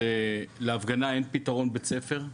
להפגנה אין פתרון בית ספר,